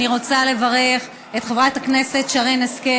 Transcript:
אני רוצה לברך את חברת הכנסת שרן השכל